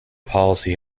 policy